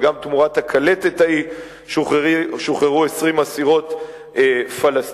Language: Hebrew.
וגם תמורת הקלטת ההיא שוחררו 20 אסירות פלסטיניות,